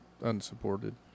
unsupported